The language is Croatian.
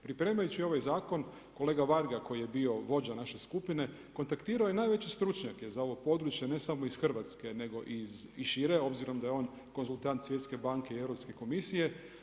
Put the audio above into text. Pripremajući ovaj zakon kolega Varga koji je bio vođa naše skupine, kontaktirao je najveće stručnjake za ovo područje ne samo iz Hrvatske nego i šire obzirom da je on konzultant Svjetske banke Europske komisije.